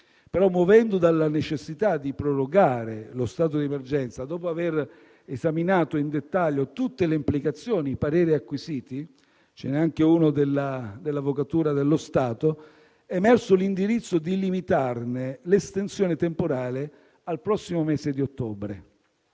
però, dalla necessità di prorogare lo stato di emergenza, dopo aver esaminato in dettaglio tutte le implicazioni e i pareri acquisiti (ce n'è anche uno della dell'Avvocatura dello Stato), è emerso l'indirizzo di limitarne l'estensione temporale al prossimo mese di ottobre.